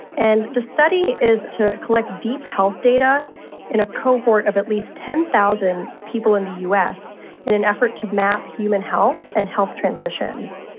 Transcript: and the study is to collect deep health data in a cohort of at least ten thousand people in the us in an effort to map human health and health transitions.